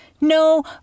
No